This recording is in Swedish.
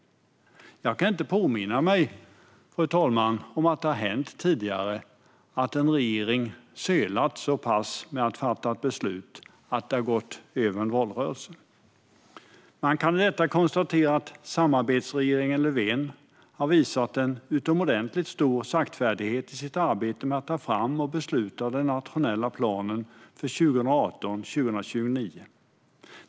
Jag kan inte påminna mig, fru talman, om att det har hänt tidigare att en regering har sölat så pass mycket med att fatta ett beslut att det har gått över en valrörelse. Man kan i och med detta konstatera att samarbetsregeringen Löfven har visat en utomordentligt stor saktfärdighet i sitt arbete med att ta fram och besluta om den nationella planen för 2018-2029.